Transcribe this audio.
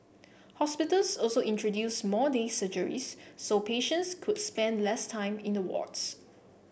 hospitals also introduced more day surgeries so patients could spend less time in the wards